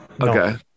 Okay